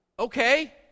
Okay